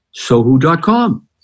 Sohu.com